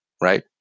right